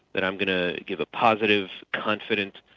and i'm going to give a positive, confident,